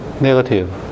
negative